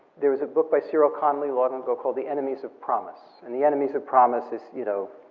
there was a book by cyril connolly long ago called the enemies of promise, and the enemies of promise is, you know,